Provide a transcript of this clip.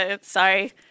Sorry